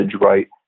right